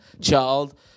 child